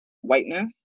whiteness